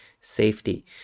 safety